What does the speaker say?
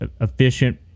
efficient